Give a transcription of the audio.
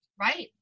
Right